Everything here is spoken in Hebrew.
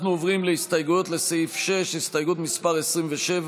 אנחנו עוברים להסתייגויות לסעיף 6. הסתייגות מס' 27,